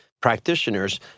practitioners